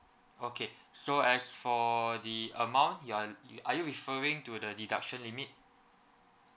okay so as for the amount you are you are you referring to the deduction limit